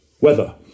weather